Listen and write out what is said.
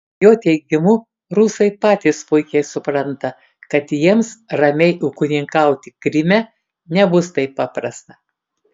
jo teigimu rusai patys puikiai supranta kad jiems ramiai ūkininkauti kryme nebus taip paprasta